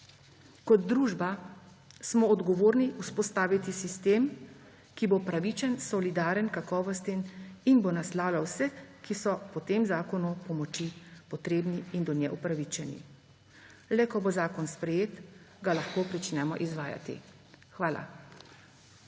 Kot družba smo odgovorni vzpostaviti sistem, ki bo pravičen, solidaren, kakovosten in bo naslavljal vse, ki so po tem zakonu pomoči potrebni in do nje opravičeni. Le, ko bo zakon sprejet ga lahko pričnemo izvajati. Hvala.